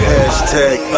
Hashtag